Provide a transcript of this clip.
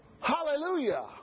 Hallelujah